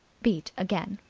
beat again.